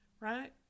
right